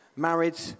married